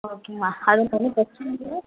ஓகேம்மா அது தனி